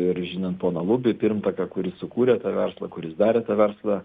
ir žinant poną lubį pirmtaką kuris sukūrė tą verslą kuris darė tą verslą